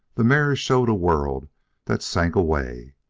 the mirrors showed a world that sank away.